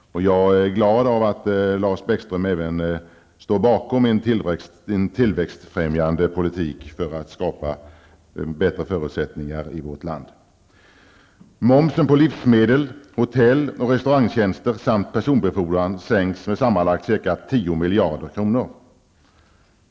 Jag är glad över att Lars Bäckström även står bakom en tillväxtfrämjande politik för att skapa bättre förutsättningar i vårt land. Momsen på livsmedel, hotell och restaurangtjänster samt personbefordran sänks med sammanlagt ca 10 miljarder kronor.